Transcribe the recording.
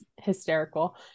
hysterical